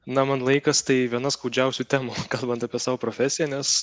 na man laikas tai viena skaudžiausių temų kalbant apie savo profesiją nes